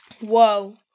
Whoa